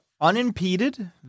unimpeded